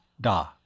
da